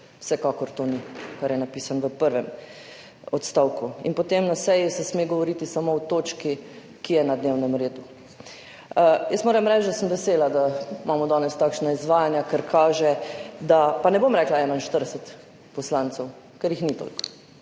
vsekakor ni to, kar je napisano v prvem odstavku. Potem: na seji se sme govoriti samo o točki, ki je na dnevnem redu. Moram reči, da sem vesela, da imamo danes takšna izvajanja, ker kaže, da, pa ne bom rekla 41 poslancev, ker jih ni toliko,